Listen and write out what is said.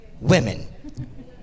women